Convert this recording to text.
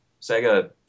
Sega